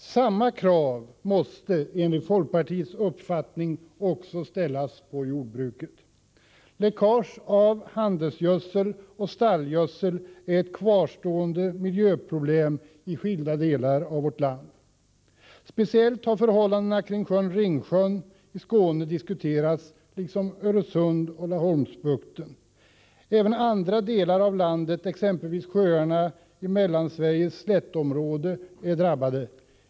Samma krav när det gäller miljöhänsyn måste enligt folkpartiets uppfattning också ställas på jordbruket. Läckage av handelsgödsel och stallgödsel är ett kvarstående miljöproblem i skilda delar av vårt land. Speciellt har förhållandena kring Ringsjön i Skåne diskuterats, liksom situationen i Öresund och Laholmsbukten. Även andra delar av landet, exempelvis sjöarna i Mellansveriges slättområde, är drabbade.